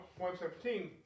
1:17